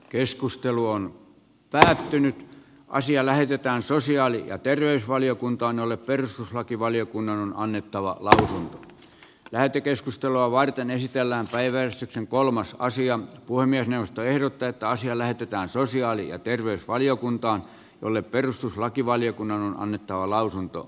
keskustelu on päätynyt asia lähetetään sosiaali ja terveysvaliokuntaan jolle perustuslakivaliokunnan on annettava lähtevän lähetekeskustelua varten esitellään päivää sitten kolmas karsia voimien puhemiesneuvosto ehdottaa että asia lähetetään sosiaali ja terveysvaliokuntaan jolle perustuslakivaliokunnan on annettava lausunto